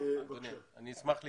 אני אשמח להתייחס.